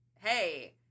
hey